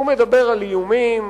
הוא מדבר על איומים,